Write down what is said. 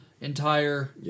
entire